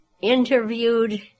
interviewed